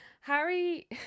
Harry